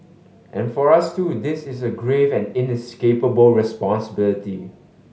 and for us too this is a grave and inescapable responsibility